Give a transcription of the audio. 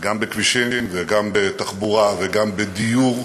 גם בכבישים, וגם בתחבורה, וגם בדיור,